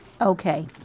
Okay